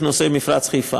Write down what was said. בבקשה,